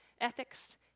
ethics